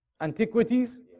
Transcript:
antiquities